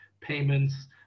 payments